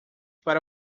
para